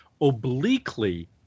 obliquely